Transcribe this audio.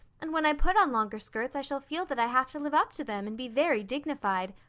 and when i put on longer skirts i shall feel that i have to live up to them and be very dignified.